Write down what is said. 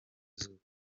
zouk